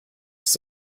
ist